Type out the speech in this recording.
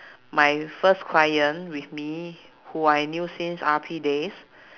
my first client with me who I knew since R_P days